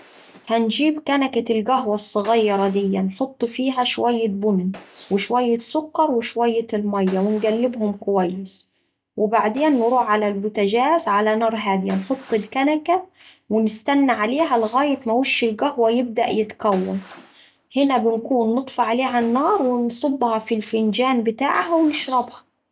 هنجيب كنكة القهوة الصغيرة ديه، نحط فيها شوية بن وشوية سكر وشوية الميا ونقلبهم كويس، وبعدين نروح على البوتجاز على نار هادية نحط الكنكة ونستنا عليها لغاية ما وش القهوة يبدأ يتكون، هنا بنكون نطفي عليها النار ونصبها في الفنجان بتاعها ونشربها.